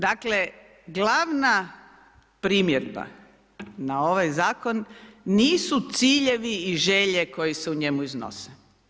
Dakle, glavna primjedba na ovaj Zakon nisu ciljevi i želje koje se u njemu iznose.